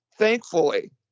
Thankfully